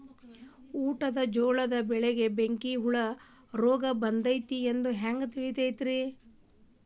ಊಟದ ಜೋಳದ ಬೆಳೆಗೆ ಬೆಂಕಿ ಹುಳ ರೋಗ ಬಂದೈತಿ ಎಂದು ಹ್ಯಾಂಗ ತಿಳಿತೈತರೇ?